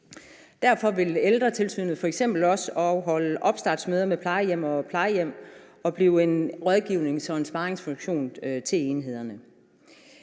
Derfor vil ældretilsynet f.eks. også afholde opstartsmøder med plejehjem og have en rådgivnings- og sparringfunktion i forhold til enhederne.